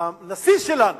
הנשיא שלנו